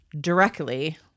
directly